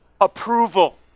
approval